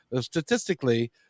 statistically